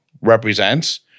represents